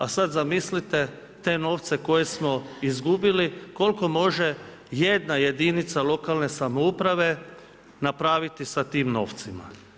A sada zamislite te novce koje smo izgubili koliko može jedna jedinica lokalne samouprave napraviti sa tim novcima.